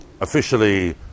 officially